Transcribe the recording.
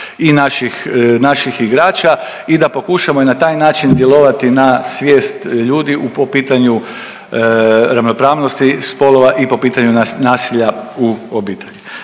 i naših igrača i da pokušamo i na taj način djelovati na svijest ljudi po pitanju ravnopravnosti spolova i po pitanju nasilja u obitelji.